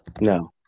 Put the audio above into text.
No